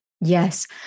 Yes